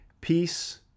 Peace